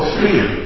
fear